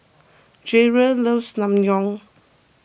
Jerrold loves Naengmyeon